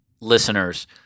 listeners